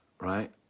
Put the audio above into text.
right